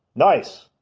nice!